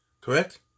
Correct